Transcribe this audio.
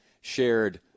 shared